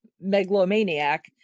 megalomaniac